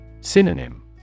Synonym